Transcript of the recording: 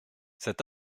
cet